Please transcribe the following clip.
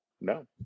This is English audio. No